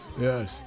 Yes